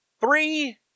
three